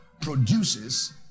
produces